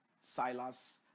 silas